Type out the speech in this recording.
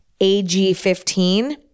AG15